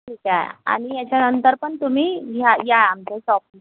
ठीक आहे आणि याच्यानंतर पण तुम्ही ह्या या आमच्या शॉपमधून